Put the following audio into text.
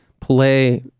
play